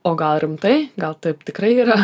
o gal rimtai gal taip tikrai yra